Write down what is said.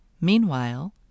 Meanwhile